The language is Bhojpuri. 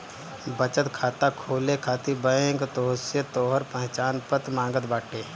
बचत खाता खोले खातिर बैंक तोहसे तोहार पहचान पत्र मांगत बाटे